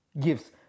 gifts